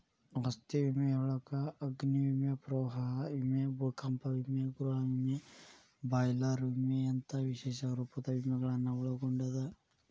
ಆಸ್ತಿ ವಿಮೆಯೊಳಗ ಅಗ್ನಿ ವಿಮೆ ಪ್ರವಾಹ ವಿಮೆ ಭೂಕಂಪ ವಿಮೆ ಗೃಹ ವಿಮೆ ಬಾಯ್ಲರ್ ವಿಮೆಯಂತ ವಿಶೇಷ ರೂಪದ ವಿಮೆಗಳನ್ನ ಒಳಗೊಂಡದ